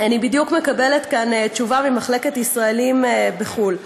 אני בדיוק מקבלת כאן תשובה ממחלקת ישראלים בחו"ל.